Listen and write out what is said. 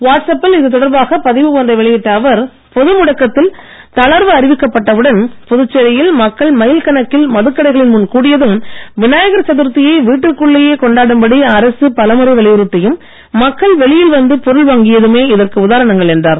watts app பில் இதுதொடர்பாக பதிவு ஒன்றை வெளியிட்ட அவர் பொது முடக்கத்தில் தளர்வு அறிவிக்கப்பட்ட உடன் புதுச்சேரியில் மக்கள் மைல் கணக்கில் மதுக்கடைகளின் முன் கூடியதும் விநாயகர் சதுர்த்தியை வீட்டிற்குள்ளேயே கொண்டாடும் படி அரசு பலமுறை வலியுறுத்தியும் மக்கள் வெளியில் வந்து பொருள் வாங்கியதுமே இதற்கு உதாரணங்கள் என்றார்